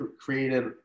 created